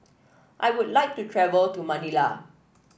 I would like to travel to Manila